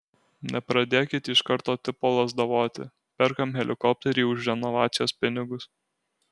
nepradėkit iš karto tipo lazdavoti perkam helikopterį už renovacijos pinigus